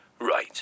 Right